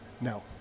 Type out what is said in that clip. No